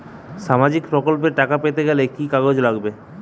সামাজিক প্রকল্পর টাকা পেতে গেলে কি কি কাগজ লাগবে?